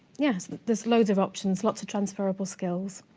yeah. there's loads of options. lots of transferable skills.